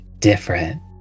Different